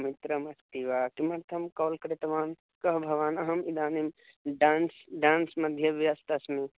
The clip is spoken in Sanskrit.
मित्रम् अस्ति वा किमर्थं काल् कृतवान् कः भवान् अहम् इदानीं डान्स् ड्यान्स् मध्ये व्यस्तः अस्मि